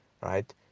right